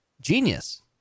Genius